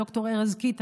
ד"ר ארז קיטה,